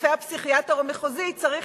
הרופא הפסיכיאטר המחוזי צריך